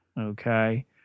okay